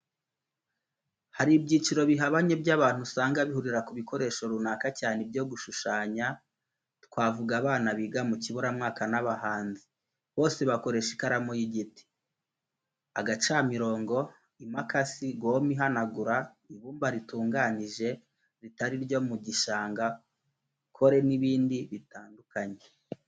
Hari ibyiciro bihabanye by'abantu usanga bihurira ku bikoresho runaka cyane ibyo gushushanya, twavuga abana biga mu kiburamwaka n'abahanzi, bose bakoresha ikaramu y'igiti, agacamirongo, imakasi, gome ihanagura, ibumba ritunganije, ritari iryo mu gishanga, kore n'ibindi bitandukanye.